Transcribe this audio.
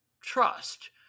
trust